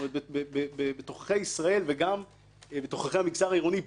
בתוככי ישראל וגם בתוככי המגזר העירוני ביו"ש,